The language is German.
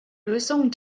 lösungen